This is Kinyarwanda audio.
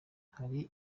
hari